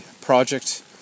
project